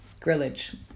grillage